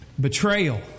Betrayal